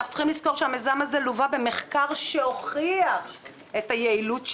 אנחנו צריכים לזכור שהמיזם הזה לווה במחקר שהוכיח את היעילות שלו,